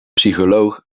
psycholoog